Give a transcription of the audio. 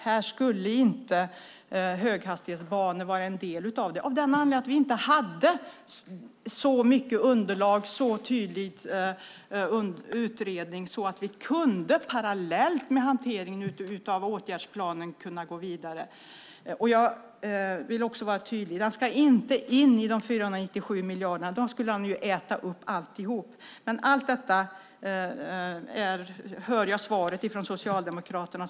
Höghastighetsbanor skulle inte vara en del av den, av den anledningen att vi inte hade så mycket underlag och en så tydlig utredning att vi kan gå vidare parallellt med hanteringen av åtgärdsplanen. Jag vill också vara tydlig med att säga att den inte ska in i de 497 miljarderna. Men i fråga om allt detta hör jag som vanligt svaret från Socialdemokraterna.